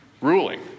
ruling